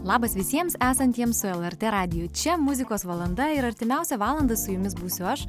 labas visiems esantiems su lrt radiju čia muzikos valanda ir artimiausią valandą su jumis būsiu aš